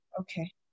Okay